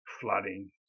flooding